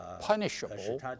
punishable